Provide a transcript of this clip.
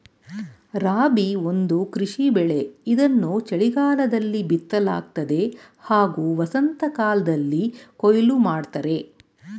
ರಾಬಿ ಒಂದು ಕೃಷಿ ಬೆಳೆ ಇದನ್ನು ಚಳಿಗಾಲದಲ್ಲಿ ಬಿತ್ತಲಾಗ್ತದೆ ಹಾಗೂ ವಸಂತಕಾಲ್ದಲ್ಲಿ ಕೊಯ್ಲು ಮಾಡ್ತರೆ